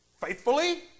faithfully